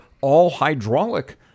all-hydraulic